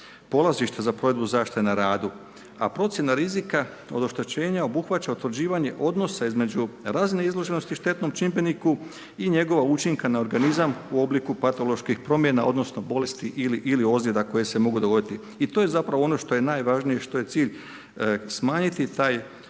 polazište za provedbu zaštite na radu, a procjena rizika od oštećenja obuhvaća utvrđivanje odnosa između razine izloženosti štetnom čimbeniku i njegova učinka na organizam u obliku patoloških promjena, odnosno bolesti ili ozljeda koje se mogu dogoditi. I to je zapravo ono što je najvažnije, što je cilj, smanjiti rizik koji